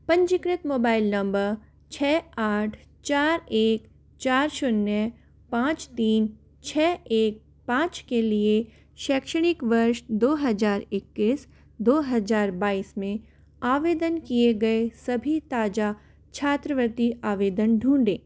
पंजीकृत mobile number छः आठ चार एक चार शून्य पाँच तीन छः एक पाँच के लिए शैक्षणिक वर्ष दो हजार इक्कीस दो हजार बाइस में आवेदन किए गए सभी ताजा छात्रवृत्ति आवेदन ढूँढें